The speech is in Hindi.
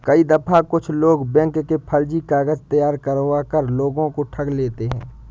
कई दफा कुछ लोग बैंक के फर्जी कागज तैयार करवा कर लोगों को ठग लेते हैं